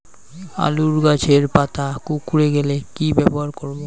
আলুর গাছের পাতা কুকরে গেলে কি ব্যবহার করব?